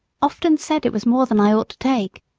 often said it was more than i ought to take,